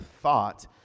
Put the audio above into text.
thought